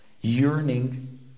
yearning